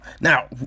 Now